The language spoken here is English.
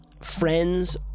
friends